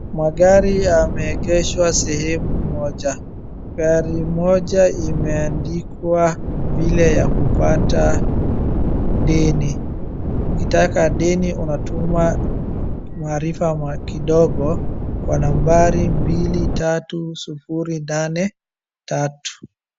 Magari yameegeshwa sehemu moja. Gari moja imeandikwa vile ya kupata deni. Ukitaka deni unatuma maarifa kidogo kwa nambari mbili, tatu, sufuri, nane , tatu.